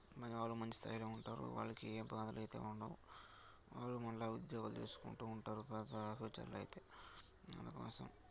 మన వాళ్ళు మంచి స్థాయిలో ఉంటారు వాళ్ళకి ఏ బాధలయితే ఉండవు వాళ్ళు మనలాగా ఉద్యోగాలు చేసుకుంటు ఉంటారు ప్రద ఫ్యూచర్లో అయితే అందుకోసం